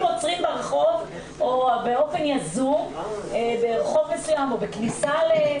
שעוצרים אנשים באופן יזום ברחוב מסוים או בבית מסוים.